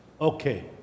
okay